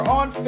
on